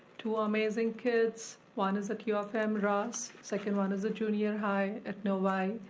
two amazing kids, one is at u of m, ross, second one is a junior high at novi,